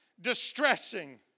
distressing